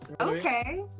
okay